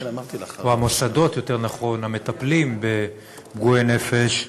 או יותר נכון המוסדות המטפלים בפגועי נפש,